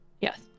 Yes